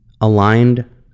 aligned